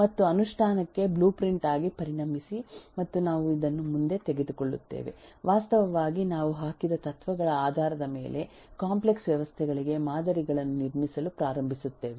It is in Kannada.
ಮತ್ತು ಅನುಷ್ಠಾನಕ್ಕೆ ಬ್ಲೂಪ್ರಿಂಟ್ ಆಗಿ ಪರಿಣಮಿಸಿ ಮತ್ತು ನಾವು ಇದನ್ನು ಮುಂದೆ ತೆಗೆದುಕೊಳ್ಳುತ್ತೇವೆ ವಾಸ್ತವವಾಗಿ ನಾವು ಹಾಕಿದ ತತ್ವಗಳ ಆಧಾರದ ಮೇಲೆ ಕಾಂಪ್ಲೆಕ್ಸ್ ವ್ಯವಸ್ಥೆಗಳಿಗೆ ಮಾದರಿಗಳನ್ನು ನಿರ್ಮಿಸಲು ಪ್ರಾರಂಭಿಸುತ್ತೇವೆ